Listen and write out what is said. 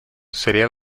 sería